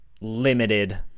limited